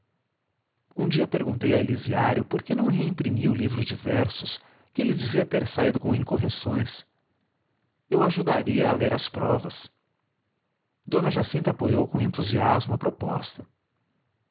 um dia perguntei a elisiário por que não reimprimia o livro de versos que ele dizia ter saído com incorreções eu ajudaria a ler as provas d jacinta apoiou com entusiasmo a proposta